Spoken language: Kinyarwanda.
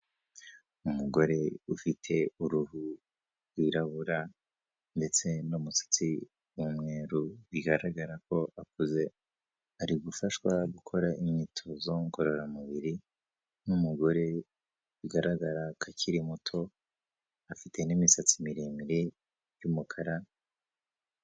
Umugore ufite uruhu rwirabura ndetse n'umusatsi w'umweru bigaragara ko akuze, ari gufashwa gukora imyitozo ngororamubiri n'umugore bigaragara ko akiri muto, afite n'imisatsi miremire y'umukara,..